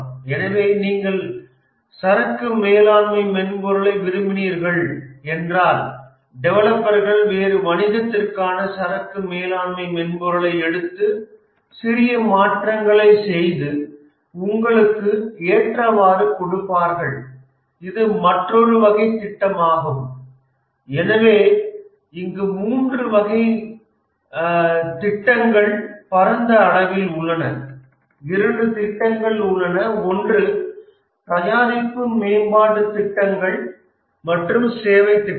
எனவே நீங்கள் சரக்கு மேலாண்மை மென்பொருளை விரும்பினீர்கள் என்றால் டெவலப்பர்கள் வேறு வணிகத்திற்கான சரக்கு மேலாண்மை மென்பொருளை எடுத்து சிறிய மாற்றங்களைச் செய்து உங்களுக்கு ஏற்றவாறு கொடுப்பார்கள் இது மற்றொரு வகை திட்டம் ஆகும் எனவே இங்கு மூன்று முக்கிய வகை திட்டங்கள் பரந்த அளவில் உள்ளன இரண்டு திட்டங்கள் உள்ளன ஒன்று தயாரிப்பு மேம்பாட்டு திட்டங்கள் மற்றும் சேவை திட்டங்கள்